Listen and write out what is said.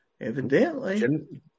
Evidently